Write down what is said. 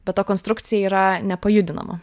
bet ta konstrukcija yra nepajudinama